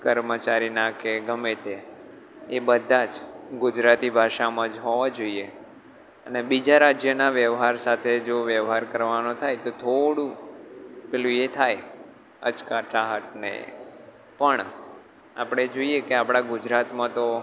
કર્મચારીના કે ગમે તે એ બધા જ ગુજરાતી ભાષામાં જ હોવા જોઈએ અને બીજા રાજ્યના વ્યવહાર સાથે જો વ્યવહાર કરવાનો થાય તો થોડુંક પેલું એ થાય ખચકાટ ને પણ આપણે જોઈએ કે આપણાં ગુજરાતમાં તો